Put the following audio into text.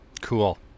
Cool